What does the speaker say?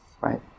right